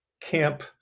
camp